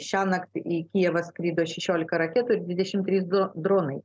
šiąnakt į kijevą skrido šešiolika raketų ir dvidešimt trys du dronai